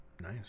Nice